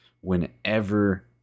whenever